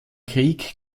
krieg